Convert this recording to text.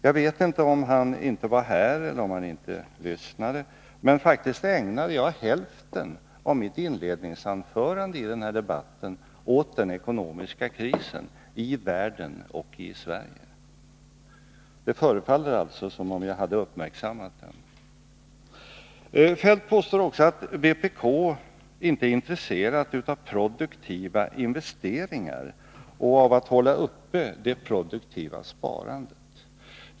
Jag vet inte om han inte var här när jag höll mitt huvudanförande eller om han inte lyssnade, men faktiskt ägnade jag hälften av det åt den ekonomiska krisen i världen och i Sverige. Det förefaller alltså som om jag hade uppmärksammat den. Kjell-Olof Feldt påstår också att vpk inte är intresserat av produktiva investeringar och av att hålla uppe det produktiva sparandet.